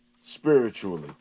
spiritually